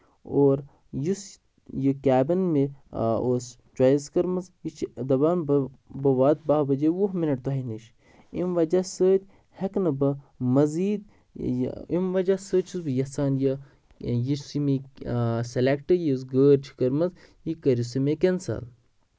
اور یُس یہِ کیبٔن مےٚ اوس چویِس کٔرمٕژ یہِ چھِ دَپان بہٕ بہٕ واتہٕ بہہ بجے وُہ مِنٹ تۄہہِ نِش امہِ وجہہ سۭتۍ ہٮ۪کہٕ نہٕ بہٕ مٔزیٖد اَمہِ وجہہ سۭتۍ چھُس یَژھان یہِ یُس یہِ مےٚ سِلیکٹ یُس گٲڑۍ چھےٚ کٔرمٕژ یہِ کٔرِو سا مےٚ کینسل